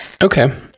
Okay